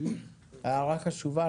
הערה חשובה.